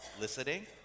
listening